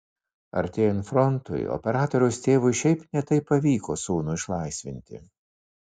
artėjant frontui operatoriaus tėvui šiaip ne taip pavyko sūnų išlaisvinti